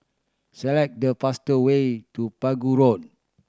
select the faster way to Pegu Road